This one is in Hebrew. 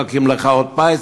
נקים לך עוד מרכז-פיס,